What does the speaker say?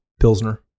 Pilsner